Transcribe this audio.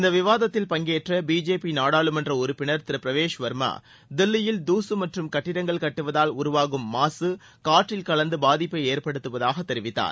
இந்த விவாதத்தில் பங்கேற்ற பிஜேபி நாடாளுமன்ற உறுப்பினர் திரு பிரவேஷ் வர்மா தில்லியில் தூசு மற்றும் கட்டிடங்கள் கட்டுவதால் உருவாகும் மாசு காற்றில் கலந்து பாதிப்பை ஏற்படுத்தவதாக தெரிவித்தார்